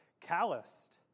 calloused